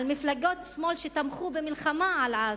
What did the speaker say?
על מפלגות שמאל שתמכו במלחמה על עזה.